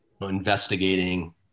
investigating